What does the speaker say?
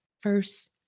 first